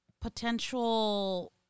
potential